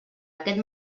aquest